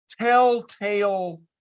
telltale